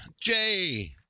Jay